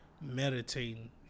meditating